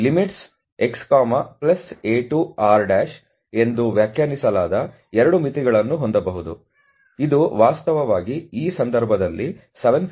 ಆದ್ದರಿಂದ ನೀವು limits 'x A2 R' ಎಂದು ವ್ಯಾಖ್ಯಾನಿಸಲಾದ 2 ಮಿತಿಗಳನ್ನು ಹೊಂದಬಹುದು ಇದು ವಾಸ್ತವವಾಗಿ ಈ ಸಂದರ್ಭದಲ್ಲಿ 758 0